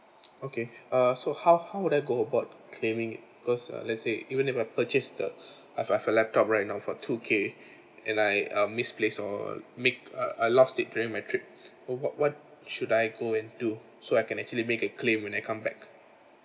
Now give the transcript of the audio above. okay uh so how how would I go about claiming it because uh let's say even if I purchase the I've I've a laptop right now for two K and I uh misplace or make I I lost it during my trip what what should I go and do so I can actually make a claim when I come back